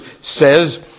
says